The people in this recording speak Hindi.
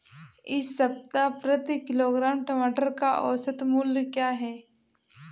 इस सप्ताह प्रति किलोग्राम टमाटर का औसत मूल्य क्या है?